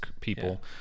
people